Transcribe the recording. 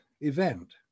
event